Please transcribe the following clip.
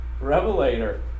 Revelator